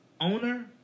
owner